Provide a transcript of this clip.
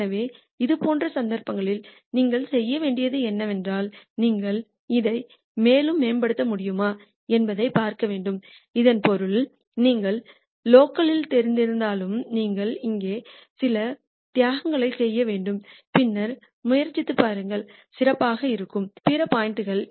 எனவே இது போன்ற சந்தர்ப்பங்களில் நீங்கள் செய்ய வேண்டியது என்னவென்றால் நீங்கள் இதை மேலும் மேம்படுத்த முடியுமா என்பதைப் பார்க்க வேண்டும் இதன் பொருள் நீங்கள் லோக்கலில் தெரிந்திருந்தாலும் நீங்கள் இங்கே சில தியாகங்களைச் செய்ய வேண்டும் பின்னர் முயற்சித்துப் பாருங்கள் சிறப்பாக இருக்கும் பிற பாயிண்ட் கள்